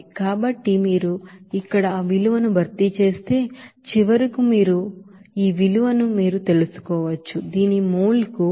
కాబట్టి మీరు ఇక్కడ ఆ విలువలను భర్తీ చేస్తే చివరకు మీరు ఈ విలువను మీరు తెలుసుకోవచ్చు దీని మోల్ కు 0